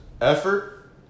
effort